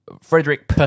Frederick